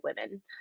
women